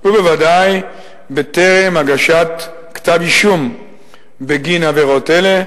ובוודאי בטרם הגשת כתב-אישום בגין עבירות אלה.